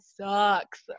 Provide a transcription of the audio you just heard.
sucks